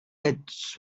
its